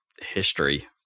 history